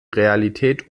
realität